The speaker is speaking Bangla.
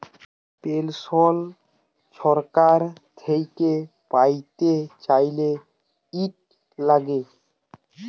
পেলসল ছরকার থ্যাইকে প্যাইতে চাইলে, ইট ল্যাগে